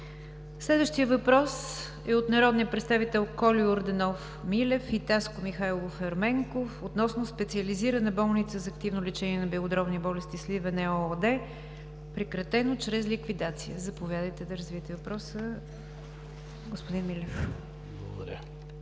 Следващият въпрос е от народните представители Кольо Йорданов Милев и Таско Михайлов Ерменков относно „Специализирана болница за активно лечение на белодробни болести – Сливен“ ЕООД, прекратено чрез ликвидация. Заповядайте да развиете въпроса, господин Милев. КОЛЬО